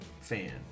fan